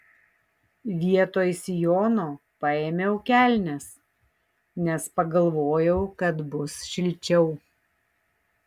vietoj sijono paėmiau kelnes nes pagalvojau kad bus šilčiau